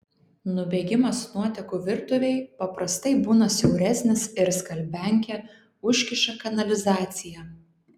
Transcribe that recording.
nubėgimas nuotekų virtuvėj paprastai būna siauresnis ir skalbiankė užkiša kanalizaciją